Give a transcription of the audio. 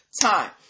Time